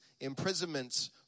imprisonments